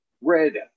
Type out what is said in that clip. Red